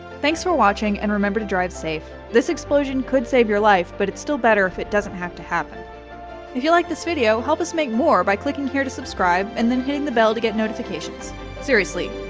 thanks for watching and remember to drive safe this explosion could save your life but it's still better if it doesn't have to happen if you like this video help us make more by clicking here to subscribe and then hitting the bell to get notifications seriously,